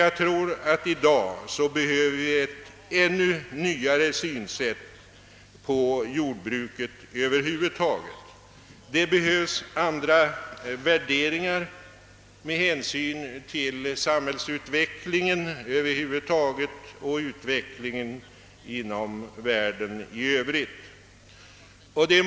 Jag tror att vi i dag måste anlägga ett ännu nyare synsätt på jordbruket, att vi behöver andra värderingar med hänsyn till utvecklingen över huvud taget i vårt samhälle och i världen i övrigt.